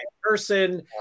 person